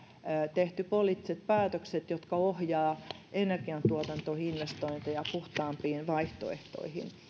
tehty poliittiset päätökset jotka ohjaavat energiantuotantoinvestointeja puhtaampiin vaihtoehtoihin